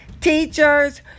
teachers